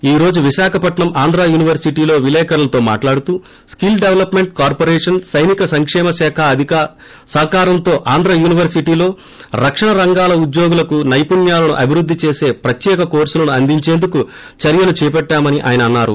ఈ రోజు విశాఖపట్నం ఆంధ్ర యూనిపెర్సిటీలో విలేకర్లతో మాట్హాడుతూ స్ఫిల్ డెవలప్మెంట్ కార్సొరేషన్ సైనిక సంకేమ శాఖ సహకారంతో ఆంధ్ర యూనివర్సిటీలో రక్షణ రంగాల ఉద్యోగులకు నైపుణ్యాలను అభివృద్ధి చేసే ప్రత్యేక కోర్సులను అందించేందుకు చెర్వలు చేపట్టామని ఆయన చెప్పారు